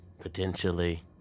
Potentially